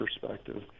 perspective